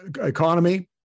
economy